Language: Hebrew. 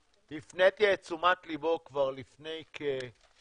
והפניתי את תשומת לבו כבר לפני כשבוע.